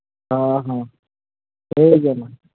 ᱦᱮᱸ ᱦᱮᱸ ᱴᱷᱤᱠ ᱜᱮᱭᱟ ᱢᱟ